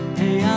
hey